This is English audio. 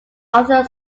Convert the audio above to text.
other